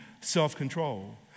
Self-control